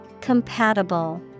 Compatible